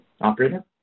Operator